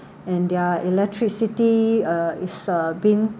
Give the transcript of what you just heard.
and their electricity uh is uh being